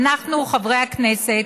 שאנחנו, חברי הכנסת,